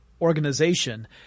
organization